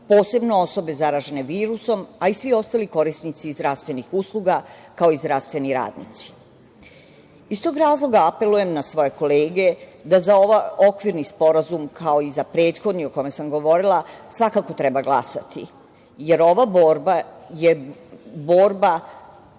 posebno osobe zaražene virusom, a i svi ostali korisnici zdravstvenih usluga, kao i zdravstveni radnici. Iz tog razloga apelujem na svoje kolege da za Okvirni sporazum, kao i za prethodni o kome sam govorila svakako treba glasati, jer ova borba je borba